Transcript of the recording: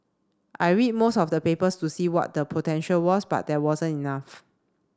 I read most of the papers to see what the potential was but there wasn't enough